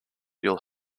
will